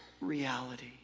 reality